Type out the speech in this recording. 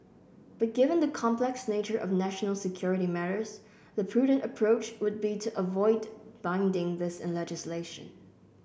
but given the complex nature of national security matters the prudent approach would be to avoid binding this in legislation